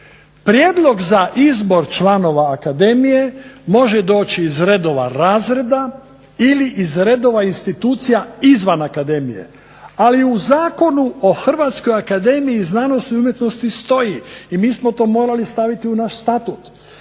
Prijedlog za izbor članova Akademije može doći iz redova razreda ili iz redova institucija izvan Akademije, ali u Zakonu o Hrvatskoj akademiji znanosti i umjetnosti stoji i mi smo to morali staviti u naš statut,